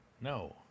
no